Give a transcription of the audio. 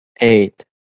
Eight